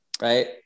right